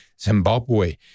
Zimbabwe